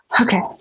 Okay